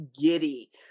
giddy